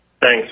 Thanks